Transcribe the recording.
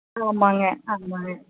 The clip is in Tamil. ஆமாங்க ஆமாங்க